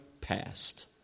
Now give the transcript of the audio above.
past